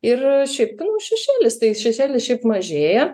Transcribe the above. ir šiaip šešėlis tai šešėlis šiaip mažėja